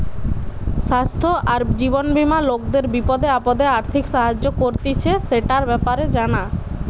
স্বাস্থ্য আর জীবন বীমা লোকদের বিপদে আপদে আর্থিক সাহায্য করতিছে, সেটার ব্যাপারে জানা